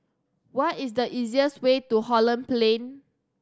what is the easiest way to Holland Plain